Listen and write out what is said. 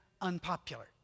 unpopular